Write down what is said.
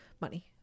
money